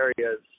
areas